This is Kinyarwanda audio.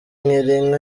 girinka